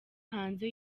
hanze